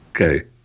Okay